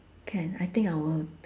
can I think I will